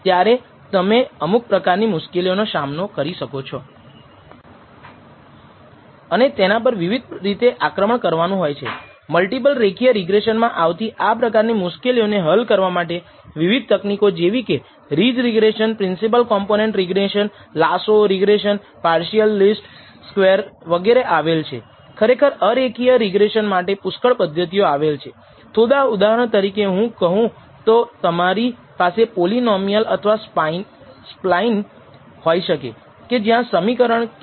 નોંધ લો કે β0 અને β1 એ અજ્ઞાત મૂલ્યો છે આપણે ફક્ત એટલું જ કહી શકીએ છીએ કે β̂1 ની અપેક્ષિત કિંમત સાચી કિંમત હશે અને β̂₀ ની અપેક્ષિત કિંમત સાચી કિંમત હશે અને આવા નિવેદનો પણ જાણીતા છે કે જો અંદાજ આવી ગુણધર્મોને સંતોષશે તો આપણે પણ આ અનુમાનને નિષ્પક્ષ ગણાવીશું ત્યાં β̂₀ અથવા β̂1 ના અંદાજમાં કોઈ પક્ષપાત નથી